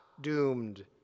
doomed